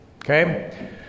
Okay